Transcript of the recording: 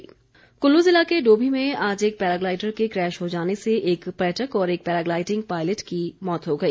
paragliding Kullu ज़िला के डोभी में आज एक पैराग्लाइडर के क्रैश हो जाने से एक पर्यटक और एक पैराग्लाइडिंग पायलट की मौत हो गई